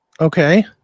Okay